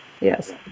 Yes